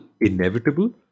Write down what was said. inevitable